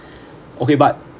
okay but